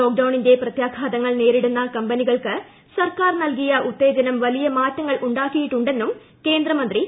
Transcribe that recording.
ലോക്ഡൌണിന്റെ പ്രത്യാഘാതങ്ങൾ നേരിടുന്ന കമ്പനികൾക്ക് സർക്കാർ നൽകിയ ഉത്തേജനം വലിയ മാറ്റങ്ങൾ ഉണ്ടാക്കിയിട്ടുണ്ടെന്നും കേന്ദ്ര മന്ത്രി പറഞ്ഞു